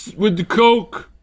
with the coke.